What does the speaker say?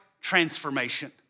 transformation